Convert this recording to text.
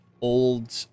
old